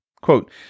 Quote